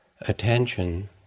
Attention